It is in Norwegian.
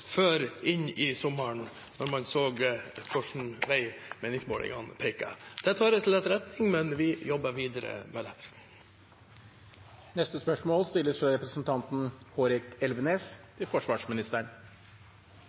før inn i sommeren, da man så hvilken vei meningsmålingene pekte. Det tar jeg til etterretning. Men vi jobber videre med det.